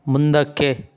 ಮುಂದಕ್ಕೆ